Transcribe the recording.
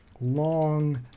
long